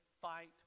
fight